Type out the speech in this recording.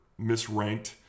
misranked